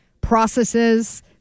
processes